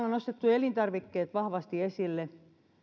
on nostettu elintarvikkeet vahvasti esille